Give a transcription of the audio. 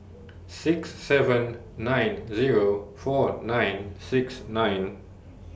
six seven nine Zero four nine six nine